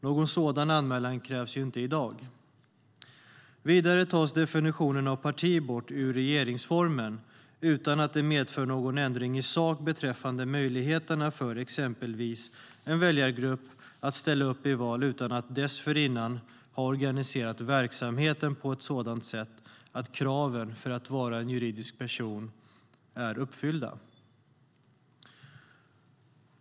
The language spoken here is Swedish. Någon sådan anmälan krävs inte i dag. Vidare tas definitionen av "parti" bort ur regeringsformen utan att det medför någon ändring i sak beträffande möjligheterna för exempelvis en väljargrupp att ställa upp i val utan att dessförinnan ha organiserat verksamheten på ett sådant sätt att kraven för att vara en juridisk person är uppfyllda.